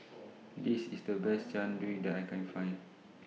This IS The Best Jian Dui that I Can Find